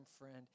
friend